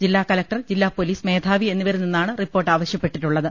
ജില്ലാകലക്ടർ ജില്ലാപൊലീസ് മേധാവി എന്നിവരിൽ നിന്നാണ് റിപ്പോർട്ട് ആവശ്യപ്പെട്ടിട്ടുള്ളത്